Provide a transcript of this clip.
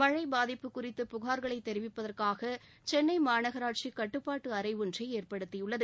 மழை பாதிப்பு குறித்து புகார்களை தெரிவிப்பதற்காக சென்னை மாநகராட்சி கட்டுப்பாட்டு அறை ஒன்றை ஏற்படுத்தியுள்ளது